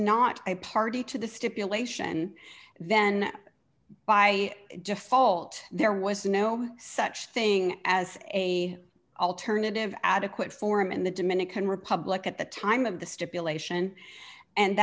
not a party to the stipulation then by default there was no such thing as a alternative adequate forum in the dominican republic at the time of the stipulation and